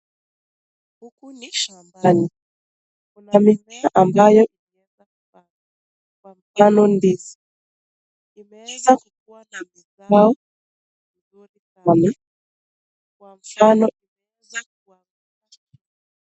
Huku ni shambani. Kuna mimea ambayo imepandwa. Kwa mifano ndizi. Inaweza kuwa na mazao mengi inayoleta chakula.